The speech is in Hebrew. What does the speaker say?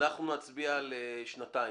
אנחנו נצביע על שנתיים,